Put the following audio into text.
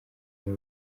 n’u